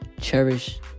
Cherish